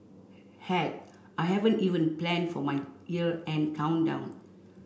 heck I haven't even plan for my year end countdown